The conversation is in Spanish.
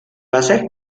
láser